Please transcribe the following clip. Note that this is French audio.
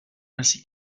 ainsi